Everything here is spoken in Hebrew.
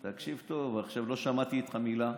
תקשיב טוב, לא שמעתי ממך מילה,